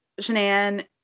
Shanann